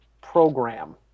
program